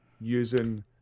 using